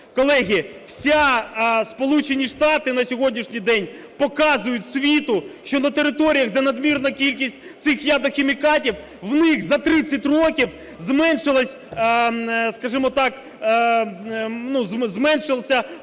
Колеги, всі Сполучені Штати на сьогоднішній день показують світу, що на територіях, де надмірна кількість цих ядохімікатів, в них за 30 років зменшилася… скажімо так, зменшився